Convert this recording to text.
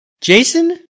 Jason